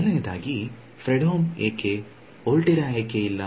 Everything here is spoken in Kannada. ಮೊದಲನೆಯದಾಗಿ ಫ್ರೆಡ್ಹೋಮ್ ಏಕೆ ವೋಲ್ಟೆರಾ ಏಕೆ ಇಲ್ಲ